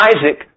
Isaac